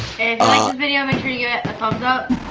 and if you liked this video, make sure you give it a thumbs up.